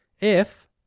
If—